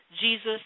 Jesus